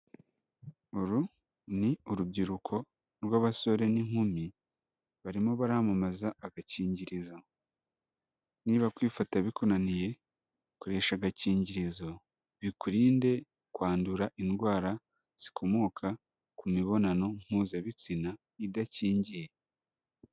Uru ni urubyiruko rw'abasore n'inkumi barimo baramamaza agakingirizo. Niba kwifata bikunaniye, koresha agakingirizo bikurinde kwandura indwara zikomoka ku mibonano mpuzabitsina idakingiye.